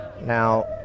Now